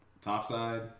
topside